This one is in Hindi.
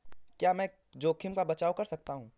क्या यह जोखिम का बचाओ करता है?